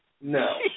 no